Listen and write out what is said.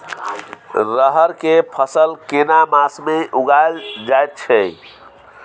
रहर के फसल केना मास में उगायल जायत छै?